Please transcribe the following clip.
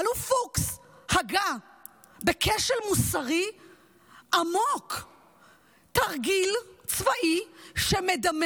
האלוף פוקס הגה בכשל מוסרי עמוק תרגיל צבאי שמדמה